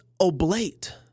oblate